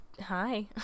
hi